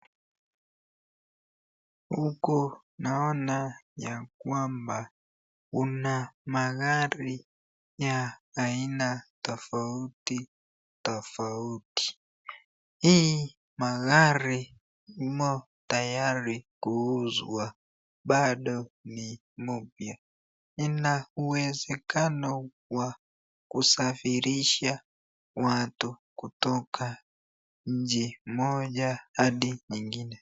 Huku naona ya kwamba kuna magari ya aina tafauti tafauti, hii magari imo tayari kuuzwa bado ni mpya inauwezekano wa kusafirisha watu kutoka nchi moja hadi nyingine.